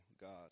God